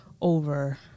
over